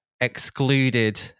excluded